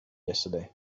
yesterday